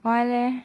why leh